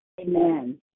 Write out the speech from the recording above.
Amen